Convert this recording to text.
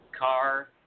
car